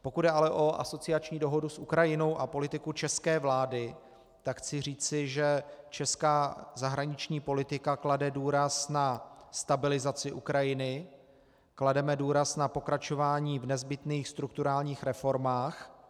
Pokud jde ale o asociační dohodu s Ukrajinou a politiku české vlády, tak chci říci, že česká zahraniční politika klade důraz na stabilizaci Ukrajiny, klademe důraz na pokračování v nezbytných strukturálních reformách.